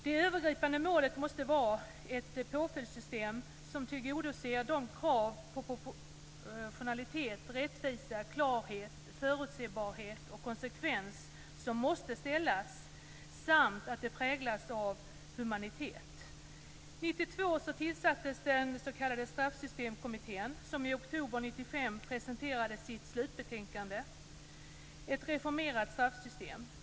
Det övergripande målet måste vara ett påföljdssystem som tillgodoser de krav på proportionalitet, rättvisa, klarhet, förutsägbarhet och konsekvens som måste ställas och som präglas av humanitet. År 1992 tillsattes den s.k. Straffsystemkommittén, som i oktober 1995 presenterade sitt slutbetänkande Ett reformerat straffsystem.